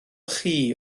chi